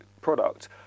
product